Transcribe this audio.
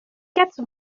quatre